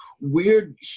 weird